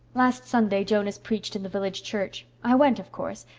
last sunday jonas preached in the village church. i went, of course,